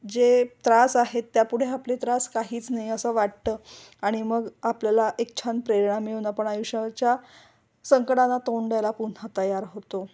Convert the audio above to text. जे त्रास आहेत त्या पुढे आपली त्रास काहीच नाही असं वाटतं आणि मग आपल्याला एक छान प्रेरणा मिळून आपण आयुष्याच्या संकटना तोंड्या द्यायला पुन्हा तयार होतो